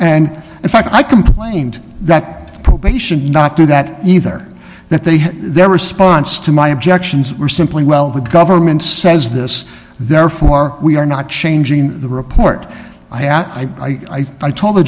and in fact i complained that probation not do that either that they had their response to my objections or simply well the government says this therefore we are not changing the report i at i told the